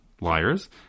liars